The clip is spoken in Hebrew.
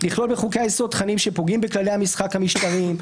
לכלול בחוקי היסוד תכנים שפוגעים בכללי המשחק המשטריים,